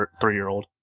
three-year-old